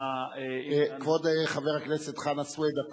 כבוד חבר הכנסת חנא סוייד,